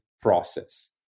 process